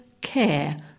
care